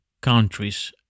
countries